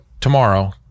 tomorrow